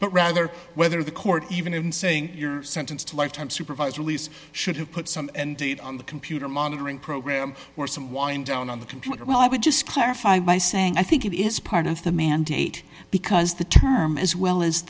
but rather whether the court even in saying you're sentenced to life time supervised release should have put some and did on the computer monitoring program or some wind down on the computer well i would just clarify my saying i think it is part of the mandate because the term as well as